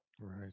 Right